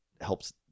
helps